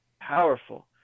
Powerful